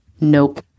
nope